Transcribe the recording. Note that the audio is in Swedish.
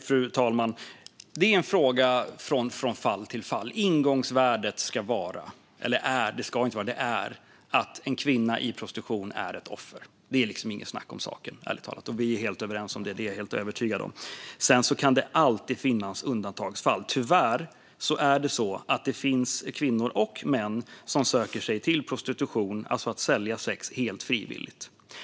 Fru talman! Det är en fråga som får avgöras från fall till fall. Ingångsvärdet är att en kvinna i prostitution är ett offer; det är ärligt talat inget snack om saken. Jag är helt övertygad om att vi är överens om det. Sedan kan det alltid finnas undantagsfall. Det finns tyvärr kvinnor och män som söker sig till prostitution, alltså att sälja sex, helt frivilligt.